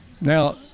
Now